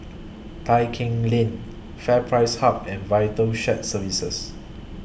Tai Keng Lane FairPrice Hub and Vital Shared Services